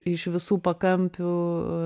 iš visų pakampių